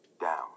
Down